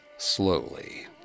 Slowly